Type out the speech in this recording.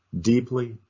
deeply